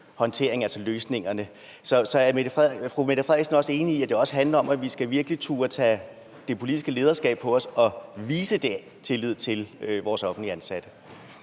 håndteringen, altså løsningerne. Så er fru Mette Frederiksen også enig i, at det også handler om, at vi virkelig skal turde tage det politiske lederskab på os og vise den tillid til vores offentligt ansatte?